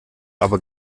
aber